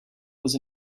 was